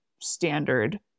standard